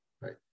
right